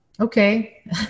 okay